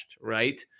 right